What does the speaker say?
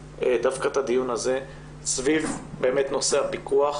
דווקא את הדיון הזה סביב נושא הפיקוח